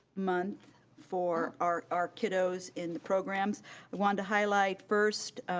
month for our our kiddos in the programs. i wanted to highlight first,